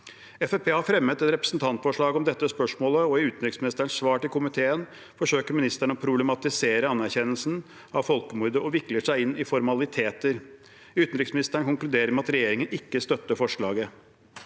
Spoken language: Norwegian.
har fremmet et representantforslag om dette spørsmålet, og i utenriksministerens svar til komiteen forsøker ministeren å problematisere anerkjennelsen av folkemordet og vikler seg inn i formaliteter. Utenriksministeren konkluderer med at regjeringen ikke støtter forslaget.